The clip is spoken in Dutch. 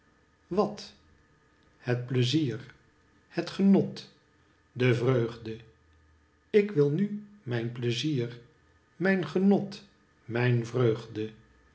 wat het pleizier het genot de vreugde ik wil nu mijn pleizier mijn genot mijn vreugde